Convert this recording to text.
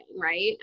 right